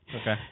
Okay